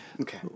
okay